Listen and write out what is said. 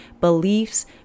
beliefs